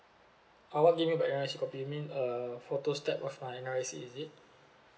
uh what do you mean by N_R_I_C copy you mean uh photostat of my N_R_I_C is it